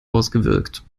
ausgewirkt